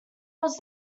was